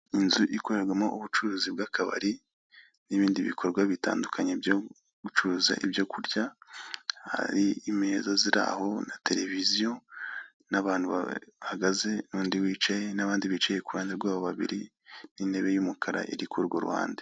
Inzu ikorerwamo ubucuruzi bw'akabari n'ibindi bikorwa bitandukanye byo gucuruza ibyo kurya, hari imeza ziri aho na televiziyo n'abantu bahagaze n'undi wicaye n'abandi bicaye ku ruhande rwabo babiri n'intebe y'umukara iri k'urwo ruhande.